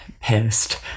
pissed